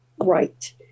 right